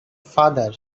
father